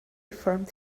formed